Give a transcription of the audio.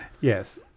Yes